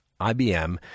IBM